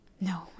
no